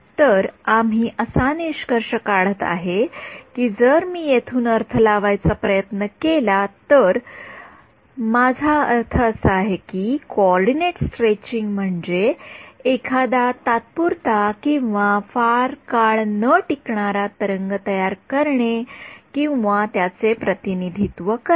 तर आता मी असा निष्कर्ष काढत आहे की जर मी येथून अर्थ लावायचा प्रयत्न केला तर तर माझा अर्थ असा आहे की कोऑर्डिनेट स्ट्रेचिंग म्हणजे एखादा तात्पुरता किंवा फार काळ न टिकणारा तरंग तयार करणे किंवा त्याचे प्रतिनिधित्व करणे